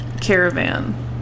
caravan